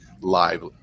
live